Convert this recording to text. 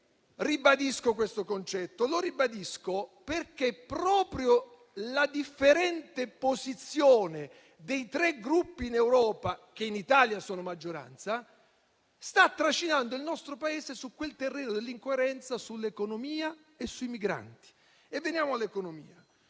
ribadisco questo concetto? Lo ribadisco perché proprio la differente posizione in Europa dei tre Gruppi che in Italia sono maggioranza sta trascinando il nostro Paese sul terreno dell'incoerenza sull'economia e sui migranti. Veniamo all'economia.